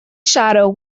shadow